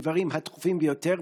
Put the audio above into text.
את הדברים הדחופים ביותר,